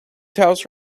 house